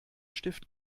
stift